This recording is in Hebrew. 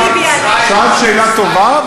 שאלת שאלה טובה,